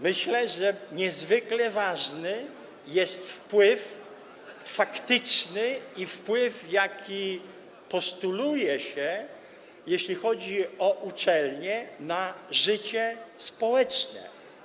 Myślę, że niezwykle ważny jest wpływ faktyczny i wpływ, jaki postuluje się, jeśli chodzi o uczelnie, na życie społeczne.